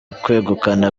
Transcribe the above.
kwegukana